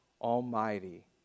Almighty